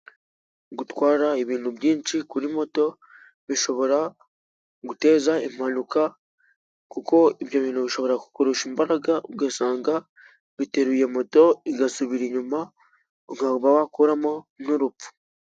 Gutwara ibintu byinshi kuri moto bishobora guteza impanuka, kuko ibyo bintu bishobora kukurusha imbaraga ugasanga biteruye moto igasubira inyuma, ukaba wakuramo n'urupfu.